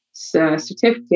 certificate